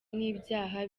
n’ibyaha